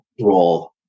role